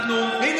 הינה,